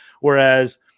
Whereas